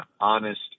honest